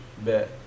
bet